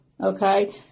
Okay